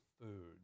food